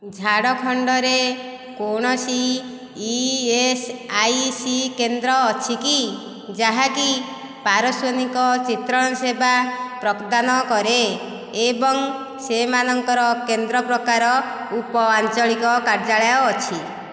ଝାଡ଼ଖଣ୍ଡରେ କୌଣସି ଇଏସ୍ଆଇସି କେନ୍ଦ୍ର ଅଛି କି ଯାହାକି ପାରସ୍ଵନିକ ଚିତ୍ରଣ ସେବା ପ୍ରଦାନ କରେ ଏବଂ ସେମାନଙ୍କର କେନ୍ଦ୍ର ପ୍ରକାର ଉପଆଞ୍ଚଳିକ କାର୍ଯ୍ୟାଳୟ ଅଛି